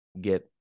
get